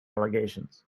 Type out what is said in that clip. allegations